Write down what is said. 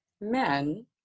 men